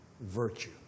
virtue